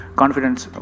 confidence